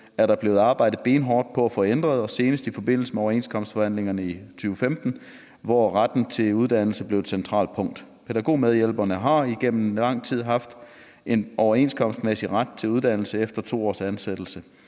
er der blevet arbejdet benhårdt på at få ændret, senest i forbindelse med overenskomstforhandlingerne i 2015, hvor retten til uddannelse blev et centralt punkt. Pædagogmedhjælperne har igennem lang tid haft en overenskomstmæssig ret til uddannelse efter 2 års ansættelse,